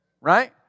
Right